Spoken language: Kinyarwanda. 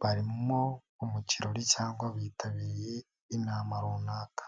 Barimo mu kirori cyangwa bitabiriye inama runaka.